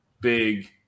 big